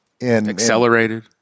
Accelerated